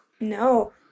No